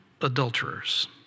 adulterers